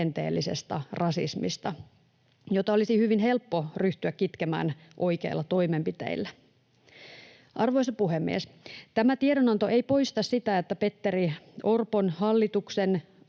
rakenteellisesta rasismista, jota olisi hyvin helppo ryhtyä kitkemään oikeilla toimenpiteillä. Arvoisa puhemies! Tämä tiedonanto ei poista sitä, että Petteri Orpon hallituksen